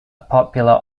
popular